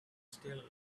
still